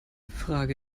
frage